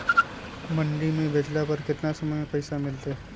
मंडी में बेचला पर कितना समय में पैसा मिलतैय?